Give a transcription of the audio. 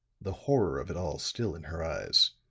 the horror of it all still in her eyes.